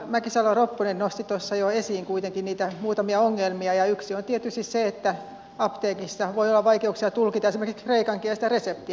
edustaja mäkisalo ropponen nosti tuossa jo esiin kuitenkin niitä muutamia ongelmia ja yksi on tietysti se että apteekissa voi olla vaikeuksia tulkita esimerkiksi kreikankielistä reseptiä